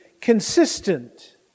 consistent